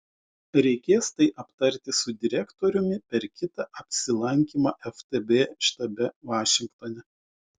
reikės tai aptarti su direktoriumi per kitą apsilankymą ftb štabe vašingtone